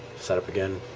set up again